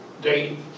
date